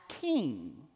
king